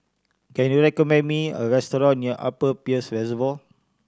can you recommend me a restaurant near Upper Peirce Reservoir